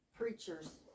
preachers